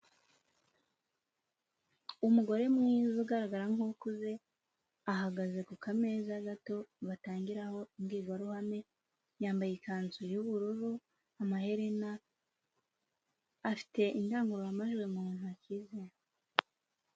Umugore mwiza ugaragara nk'ukuze, ahagaze ku kameza gato batangiraho imbwirwaruhame, yambaye ikanzu y'ubururu, amaherena, afite indangurumajwi mu ntoki ze.